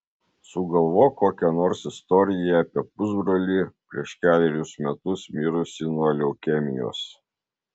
sugalvok kokią nors istoriją apie pusbrolį prieš kelerius metus mirusį nuo leukemijos